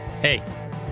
Hey